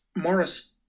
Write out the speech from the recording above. Morris